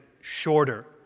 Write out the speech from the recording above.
shorter